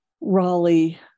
raleigh